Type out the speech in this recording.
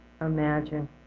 imagine